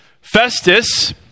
Festus